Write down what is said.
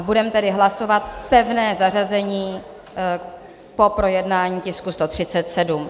Budeme tedy hlasovat pevné zařazení po projednání tisku 137.